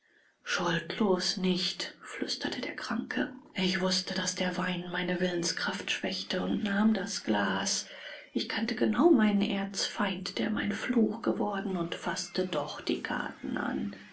schuldlos nicht flüsterte der kranke ich wußte daß der wein meine willenskraft schwächte und nahm das glas ich kannte genau meinen erzfeind der mein fluch geworden und faßte doch die karten an